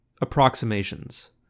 approximations